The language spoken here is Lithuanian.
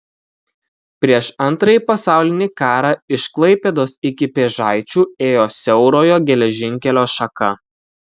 prieš antrąjį pasaulinį karą iš klaipėdos iki pėžaičių ėjo siaurojo geležinkelio šaka